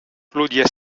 claudia